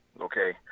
Okay